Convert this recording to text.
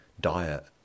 diet